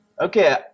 okay